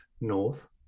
north